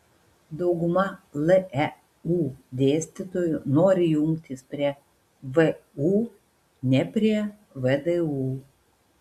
dauguma leu dėstytojų nori jungtis prie vu ne prie vdu